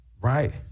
Right